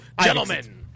gentlemen